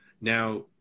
Now